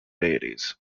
deities